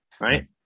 right